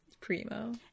primo